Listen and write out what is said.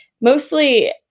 mostly